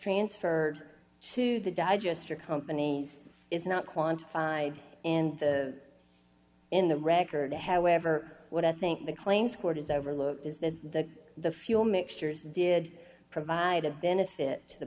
transferred to the digester companies is not quantified and the in the record however what i think the claims court has overlooked is that the fuel mixtures did provide a benefit to the